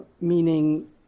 meaning